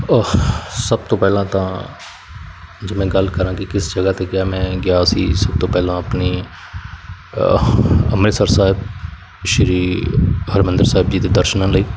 ਅਹ ਸਭ ਤੋਂ ਪਹਿਲਾਂ ਤਾਂ ਜੇ ਮੈਂ ਗੱਲ ਕਰਾਂ ਕਿ ਕਿਸ ਜਗ੍ਹਾ 'ਤੇ ਗਿਆ ਮੈਂ ਗਿਆ ਸੀ ਸਭ ਤੋਂ ਪਹਿਲਾਂ ਆਪਣੇ ਅੰਮ੍ਰਿਤਸਰ ਸਾਹਿਬ ਸ਼੍ਰੀ ਹਰਿਮੰਦਰ ਸਾਹਿਬ ਜੀ ਦੇ ਦਰਸ਼ਨਾਂ ਲਈ